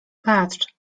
patrz